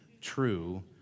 True